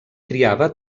criava